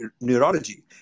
neurology